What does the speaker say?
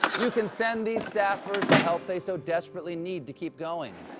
you can send these staffers the help they so desperately need to keep going.